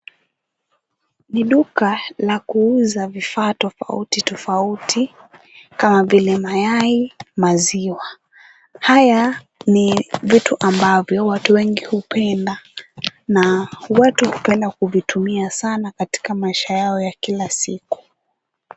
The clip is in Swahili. Ni duka la kuuza vifaa tofauti tofauti kama vile mayai, maziwa. Haya ni vitu ambavyo watu wengi hupenda na watu hupenda kuvitumia sana katika maisha yao ya kila siku.